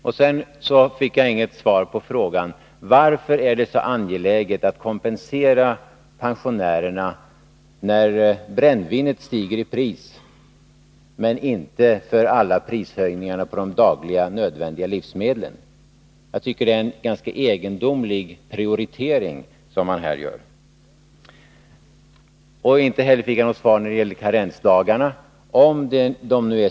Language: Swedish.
Vidare fick jag inget svar på frågan: Varför är det så angeläget att kompensera pensionärerna när brännvinet stiger i pris men inte för alla prishöjningar på de dagliga nödvändiga livsmedlen? Jag tycker att det är en ganska egendomlig prioritering som man här gör. Inte heller fick jag något svar när det gäller karensdagarna.